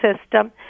system